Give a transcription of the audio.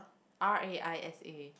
Raisa